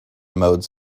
modes